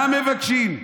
מה מבקשים?